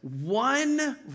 one